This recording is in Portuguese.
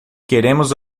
queremos